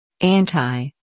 Anti